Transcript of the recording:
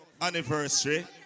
anniversary